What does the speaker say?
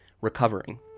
recovering